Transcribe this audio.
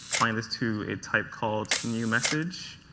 bind this to a type called new message.